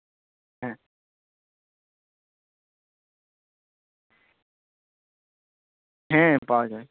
হ্যাঁ হ্যাঁ পাওয়া যায়